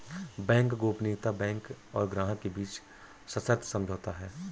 bank गोपनीयता bank और ग्राहक के बीच सशर्त समझौता है